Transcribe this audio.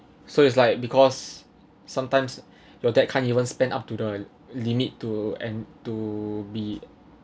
so it's like because sometimes your dad can't even spend up to the limit to and to be